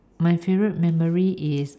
my favourite memory is uh